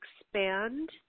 expand